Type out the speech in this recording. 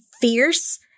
fierce